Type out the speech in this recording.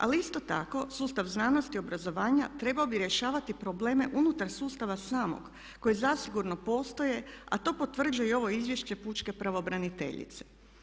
Ali isto tako sustav znanosti, obrazovanja trebalo bi rješavati probleme unutar sustava samog koji zasigurno postoje a to potvrđuje ovo Izvješće pučke pravobraniteljice.